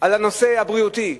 על הנושא הבריאותי.